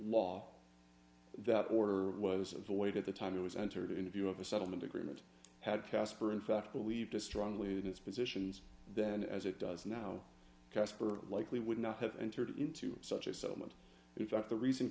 law that order was a void at the time it was entered into view of the settlement agreement had caspar in fact believed to strongly in its positions then as it does now casper likely would not have entered into such a settlement in fact the reason